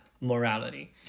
morality